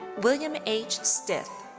william h. stith.